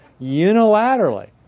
Unilaterally